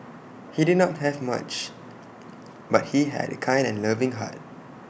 he did not have much but he had A kind and loving heart